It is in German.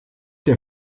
der